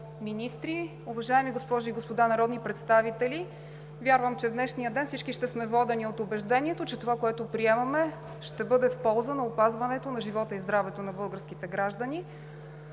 министри, уважаеми госпожи и господа народни представители! Вярвам, че в днешния ден всички ще сме водени от убеждението, че това, което приемаме, ще бъде в полза на опазването на живота и здравето на българските граждани.